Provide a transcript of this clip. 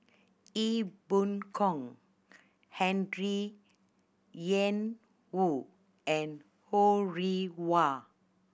Ee Boon Kong Henry Ian Woo and Ho Rih Hwa